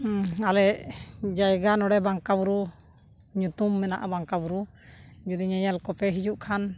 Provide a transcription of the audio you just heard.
ᱟᱞᱮ ᱡᱟᱭᱜᱟ ᱱᱚᱸᱰᱮ ᱵᱟᱝᱠᱟ ᱵᱩᱨᱩ ᱧᱩᱛᱩᱢ ᱢᱮᱱᱟᱜᱼᱟ ᱵᱟᱝᱠᱟ ᱵᱩᱨᱩ ᱡᱩᱫᱤ ᱧᱮᱧᱮᱞ ᱠᱚᱯᱮ ᱦᱤᱡᱩᱜ ᱠᱷᱟᱱ